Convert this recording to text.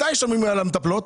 מתי שומעים על המטפלות?